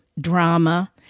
drama